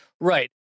Right